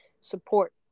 support